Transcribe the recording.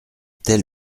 tel